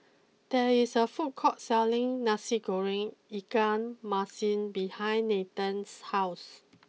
there is a food court selling Nasi Goreng Ikan Masin behind Nathen's house